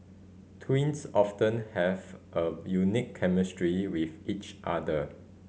twins often have a unique chemistry with each other